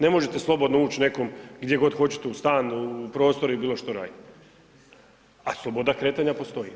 Ne možete slobodno ući nekom gdje god hoćete u stan u prostor i bilo što raditi, a sloboda kretanja postoji.